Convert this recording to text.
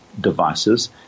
devices